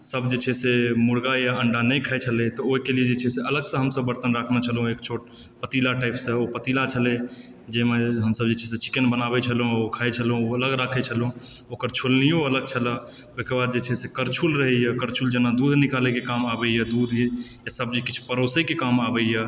सब जे छै जे मुर्गा या अंडा नहि खाइ छलथिओहिके लिए जे छै से अलग से हमसब बर्तन राखने छलहुँ एक छोट पतीला टाइप से ओ पतीला छलए जाहिमे हमसब जे छै से चिकेन बनाबै छलहुँ ओ खाए छलहुँ ओ राखए छलहुँ ओकर छोलनियो अलग छल ओहिके बाद जे छै से करछुल रहैए करछुल जेना दूध निकालैके काम आबैए दूध सब किछु परोसएके काम आबैए